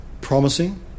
promising